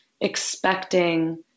expecting